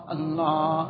Allah